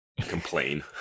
Complain